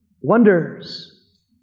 wonders